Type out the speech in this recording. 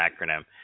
acronym